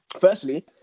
firstly